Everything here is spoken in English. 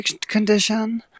condition